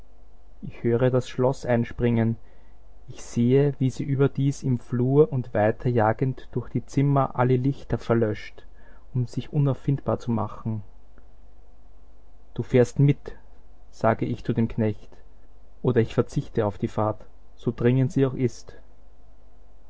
ich höre das schloß einspringen ich sehe wie sie überdies im flur und weiterjagend durch die zimmer alle lichter verlöscht um sich unauffindbar zu machen du fährst mit sage ich zu dem knecht oder ich verzichte auf die fahrt so dringend sie auch ist